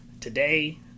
today